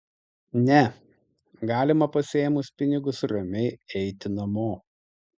ne galima pasiėmus pinigus ramiai eiti namo